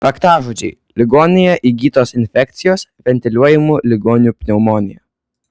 raktažodžiai ligoninėje įgytos infekcijos ventiliuojamų ligonių pneumonija